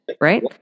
right